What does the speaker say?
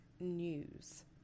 news